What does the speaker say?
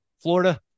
Florida